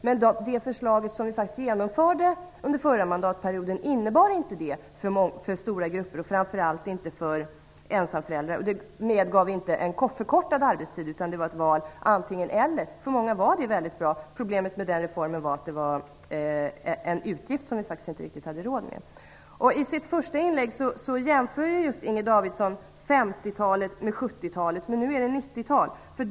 Men det förslag som vi genomförde under den förra mandatperioden innebar inte det för stora grupper, framför allt inte för ensamföräldrar. Det medgav inte en förkortad arbetstid, utan det var fråga om ett val antingen eller. För många var det väldigt bra. Problemet med reformen var att den innebar en utgift som vi inte riktigt hade råd med. I sitt första inlägg jämför Inger Davidson 50-talet med 70-talet. Men nu är det 90-tal.